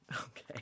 Okay